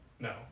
No